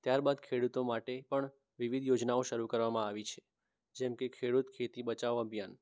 ત્યારબાદ ખેડૂતો માટે પણ વિવિધ યોજનાઓ શરુ કરવામાં આવી છે જેમ કે ખેડૂત ખેતી બચાવો અભિયાન